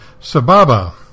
Sababa